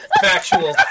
Factual